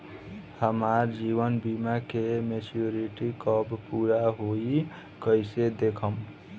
हमार जीवन बीमा के मेचीयोरिटी कब पूरा होई कईसे देखम्?